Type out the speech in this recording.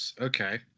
Okay